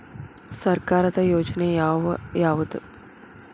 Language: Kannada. ಸರ್ಕಾರದ ಯೋಜನೆ ಯಾವ್ ಯಾವ್ದ್?